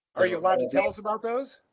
are you allowed to tell us about those?